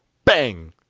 bang!